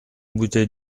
bouteille